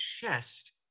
chest